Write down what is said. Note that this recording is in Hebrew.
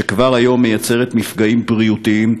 שכבר היום מייצרת מפגעים בריאותיים,